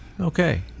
Okay